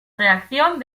reacción